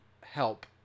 Help